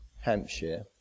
Hampshire